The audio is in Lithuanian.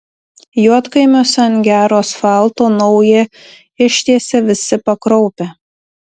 juodkaimiuose ant gero asfalto naują ištiesė visi pakraupę